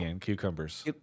cucumbers